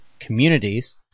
communities